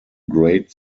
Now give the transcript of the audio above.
grade